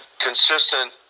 consistent